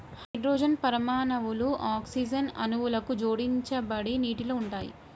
hydrogen పరమాణువులు oxygen అణువుకు జోడించబడి నీటిలో ఉంటాయి